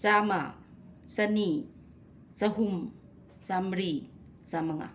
ꯆꯥꯝꯃ ꯆꯅꯤ ꯆꯍꯨꯝ ꯆꯝꯃꯔꯤ ꯆꯝꯃꯉꯥ